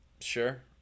Sure